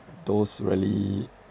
those really